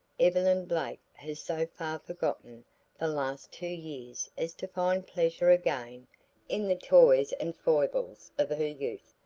evelyn blake has so far forgotten the last two years as to find pleasure again in the toys and foibles of her youth.